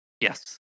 Yes